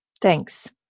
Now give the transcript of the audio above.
thanks